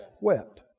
wept